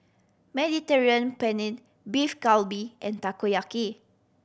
Mediterranean Penne Beef Galbi and Takoyaki